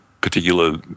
particular